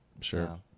Sure